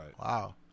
Wow